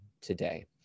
today